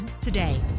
today